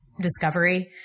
discovery